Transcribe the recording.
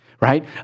right